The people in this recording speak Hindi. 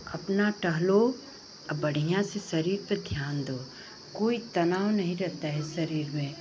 अपना टहलो और बढ़िया से शरीर पर ध्यान दो कोई तनाव नहीं रहता है शरीर में